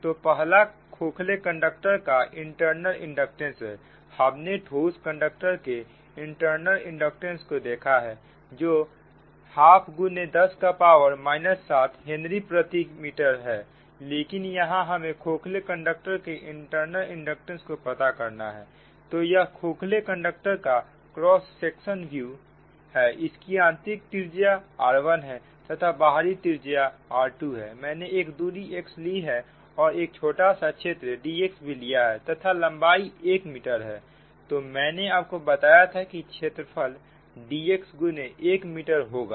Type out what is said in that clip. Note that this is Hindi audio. तो पहला खोखले कंडक्टर का इंटरनल इंडक्टेंस है हमने ठोस कंडक्टर के इंटरनल इंडक्टेंस को देखा है जो ½ 10 7हेनरी प्रति मीटर है लेकिन यहां हमें खोखले कंडक्टर के इंटरनल इंडक्टेंस को पता करना है तो यह खोखले कंडक्टर का क्रॉस सेक्शन व्यू है इसकी आंतरिक त्रिज्या r1 है तथा बाहरी त्रिज्या r2 मैंने एक दूरी x ली है और एक छोटा सा क्षेत्र dx भी लिया है तथा लंबाई 1 मीटर है तो मैंने आपको बताया था की क्षेत्र फल dx 1 वर्ग मीटर होगा